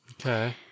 Okay